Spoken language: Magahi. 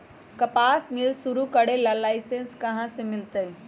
कपास मिल शुरू करे ला लाइसेन्स कहाँ से मिल तय